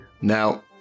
Now